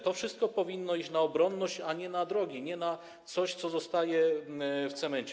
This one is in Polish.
To wszystko powinno iść na obronność, a nie na drogi, nie na coś, co zostaje w cemencie.